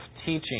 teaching